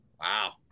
Wow